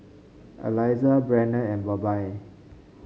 Aliza Brannon and Bobbye